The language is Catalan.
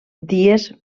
dies